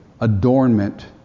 adornment